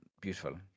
beautiful